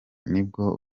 nibwo